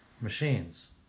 machines